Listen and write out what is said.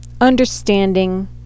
understanding